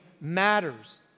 matters